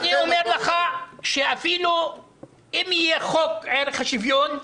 אני אומר לך שאפילו אם יהיה חוק ערך השוויון,